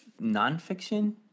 nonfiction